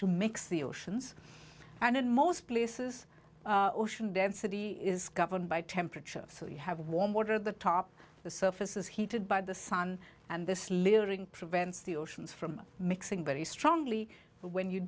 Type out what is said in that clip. to mix the oceans and in most places ocean density is governed by temperature so you have warm water at the top the surface is heated by the sun and this little ring prevents the oceans from mixing very strongly when you